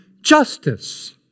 justice